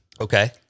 Okay